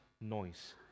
noise